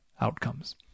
outcomes